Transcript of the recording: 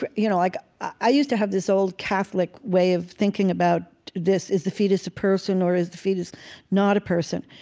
but you know, like i used to have this old catholic way of thinking about this. is the fetus a person or is the fetus not a person?